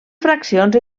fraccions